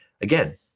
again